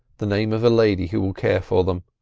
the name of a lady who will care for them.